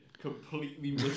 completely